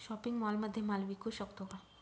Shopping मॉलमध्ये माल विकू शकतो का?